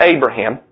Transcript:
Abraham